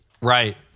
right